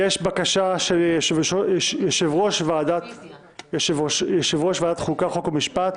אני מבקש להגיד שזאת בקשת חבר הכנסת בועז טופורובסקי שנמצא בדרך לפה.